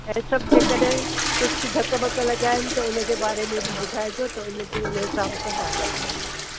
ऐं सभु जेकॾहिं कुझु धक ॿक लॻा आहिनि त उन जे बारे में बि ॿुधाइजो त उन ते उन हिसाब सां कार्यवाही कई वेंदी